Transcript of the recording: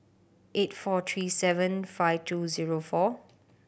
eight four three seven five two zero four